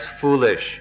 foolish